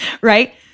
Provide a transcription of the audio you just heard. right